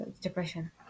depression